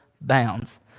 bounds